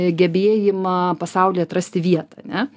gebėjimą pasauly atrasti vietą ane